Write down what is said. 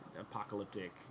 apocalyptic